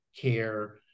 care